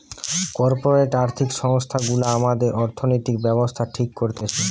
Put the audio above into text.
corporate আর্থিক সংস্থা গুলা আমাদের অর্থনৈতিক ব্যাবস্থা ঠিক করতেছে